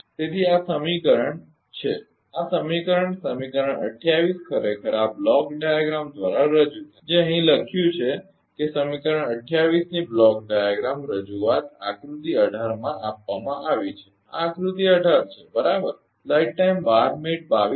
તેથી આ આ સમીકરણ છે આ સમીકરણ સમીકરણ 28 ખરેખર આ બ્લોક ડાયાગ્રામ દ્વારા રજૂ થાય છે જે અહીં લખ્યું છે કે સમીકરણ 28 ની બ્લોક ડાયાગ્રામ રજૂઆત આકૃતિ 18 માં આપવામાં આવી છે આ આકૃતિ 18 છે બરાબર